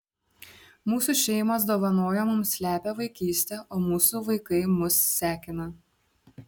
mūsų šeimos dovanojo mums lepią vaikystę o mūsų vaikai mus sekina